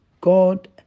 God